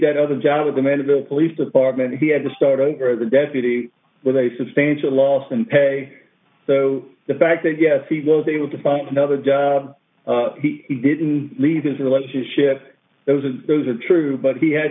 that other job with the men of the police department he had to start over the deputy with a substantial loss and pay so the fact that yes he will be able to find another job he didn't leave his relationship those are those are true but he had